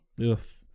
Oof